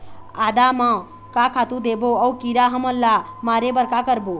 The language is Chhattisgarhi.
आदा म का खातू देबो अऊ कीरा हमन ला मारे बर का करबो?